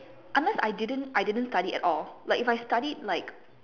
unless I didn't I didn't study at all like if I study like